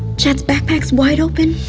chad's backpack is wide open.